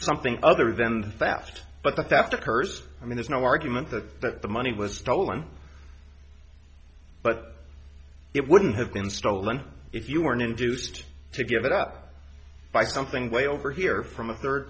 something other than theft but the theft occurs i mean there's no argument that that the money was stolen but it wouldn't have been stolen if you weren't induced to give it up by something way over here from a third